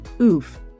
oof